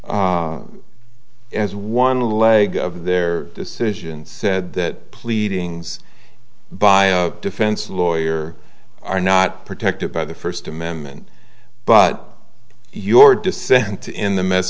as one leg of their decision said that pleadings by a defense lawyer are not protected by the first amendment but your dissent in the me